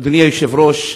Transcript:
אדוני היושב-ראש,